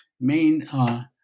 main